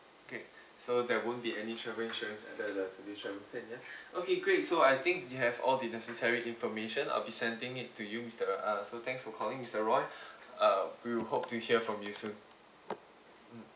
okay so there won't be any travel insurance that uh ya okay great so I think we have all the necessary information I'll be sending it to you mister uh so thanks for calling mister roy uh we will hope to hear from you soon mm